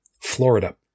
Florida